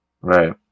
Right